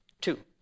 Two